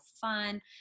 fun